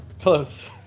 Close